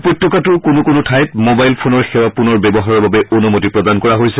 উপত্যকাটোৰ কোনো কোনো ঠাইত মোবাইল ফোনৰ সেৱা পূনৰ ব্যৱহাৰৰ বাবে অনুমতি প্ৰদান কৰা হৈছে